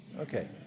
Okay